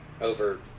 over